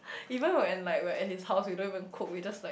even when like we're at his house we don't even cook we just like